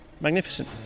Magnificent